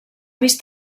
vist